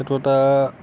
সেইটো এটা